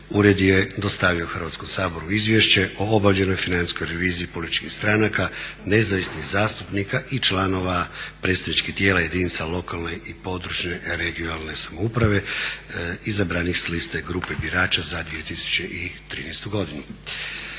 ured je dostavio Hrvatskom saboru izvješće o obavljenoj financijskoj reviziji političkih stranaka, nezavisnih zastupnika i članova predstavničkih tijela jedinica lokalne i područne (regionalne) samouprave izabranih s liste grupe birača za 2013. godinu.